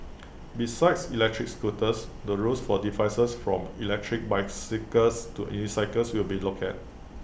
besides electric scooters the rules for devices from electric bicycles to unicycles will be looked at